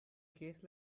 case